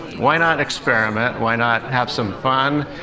why not experiment? why not have some fun?